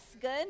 good